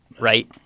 right